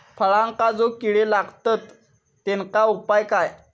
फळांका जो किडे लागतत तेनका उपाय काय?